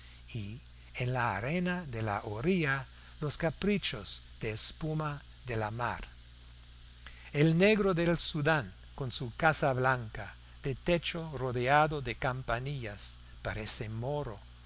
y en la arena de la orilla los caprichos de espuma de la mar el negro del sudán con su casa blanca de techo rodeado de campanillas parece moro